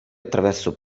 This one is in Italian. attraverso